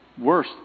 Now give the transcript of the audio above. worse